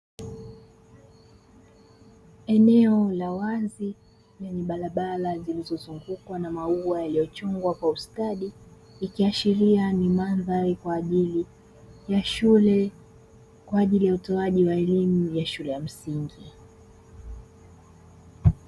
Eneo la wazi lenye barabara zilizozungukwa na maua yaliyochongwa kwa ustadi, ikiashiria ni mandhari kwa ajili ya shule, kwa ajili ya utoaji wa elimu ya shule ya msingi.